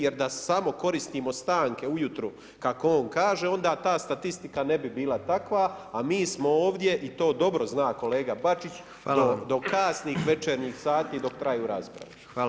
Jer da samo koristimo stanke ujutro, kako on kaže, onda ta statistika ne bi bila takva, a mi smo ovdje i to dobro zna kolega Bačić, da do kasnih večernjih sati, dok traju rasprave.